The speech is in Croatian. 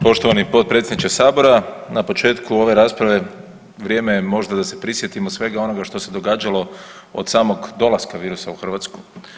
Poštovani potpredsjedniče sabora, na početku ove rasprave vrijeme je možda da se prisjetimo svega onoga što se događalo od samog dolaska virusa u Hrvatsku.